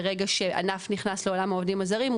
ברגע שענף נכנס לעולם העובדים הזרים,